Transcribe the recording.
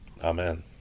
Amen